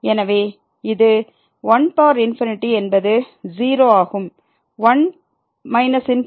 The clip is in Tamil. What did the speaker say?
எனவே இது 1 என்பது 0 ஆகும் 1 ∞